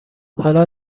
حالا